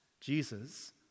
Jesus